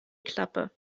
klappe